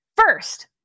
First